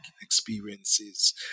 experiences